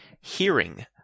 Hearing